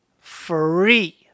free